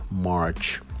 march